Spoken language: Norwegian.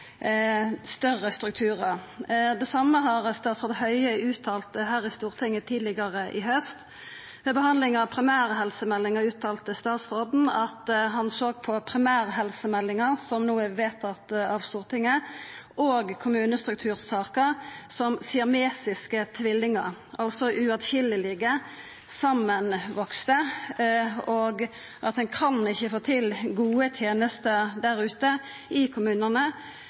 større strukturar. Det same uttalte statsråd Høie i Stortinget tidlegare i haust. Under behandlinga av primærhelsemeldinga uttalte statsråden at han såg på primærhelsemeldinga, som no er vedtatt av Stortinget, og kommunestruktursaka som siamesiske tvillingar, altså uskiljande, samanvaksne: Ein kan ikkje få til gode tenester der ute i kommunane